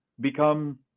become